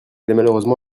malheureusement